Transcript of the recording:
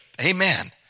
amen